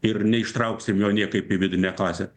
ir neištrauksim jo niekaip į vidinę klasę